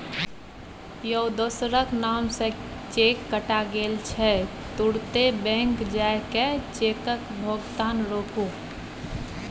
यौ दोसरक नाम सँ चेक कटा गेल छै तुरते बैंक जाए कय चेकक भोगतान रोकु